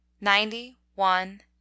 ninety-one